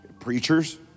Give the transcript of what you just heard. Preachers